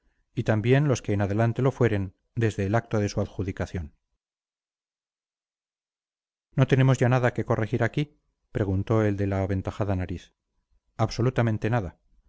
y también los que en adelante lo fueren desde el acto de su adjudicación no tenemos ya nada que corregir aquí preguntó el de la aventajada nariz absolutamente nada